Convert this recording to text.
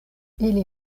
ili